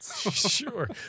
Sure